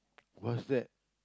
what's that